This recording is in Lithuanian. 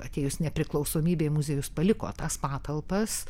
atėjus nepriklausomybei muziejus paliko tas patalpas